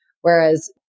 Whereas